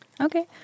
Okay